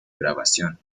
grabación